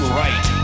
right